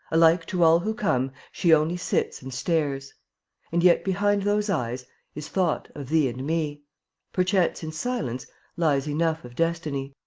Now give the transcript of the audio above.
alike to all who come she only sits and stares and yet behind those eyes is thought of thee and me perchance in silence lies enough of destiny.